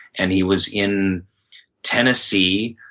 and he was in tennessee,